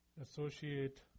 associate